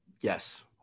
Yes